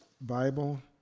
Bible